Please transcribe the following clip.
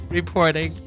Reporting